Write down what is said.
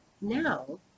now